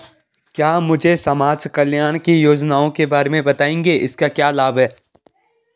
क्या मुझे समाज कल्याण की योजनाओं के बारे में बताएँगे इसके क्या लाभ हैं?